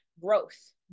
growth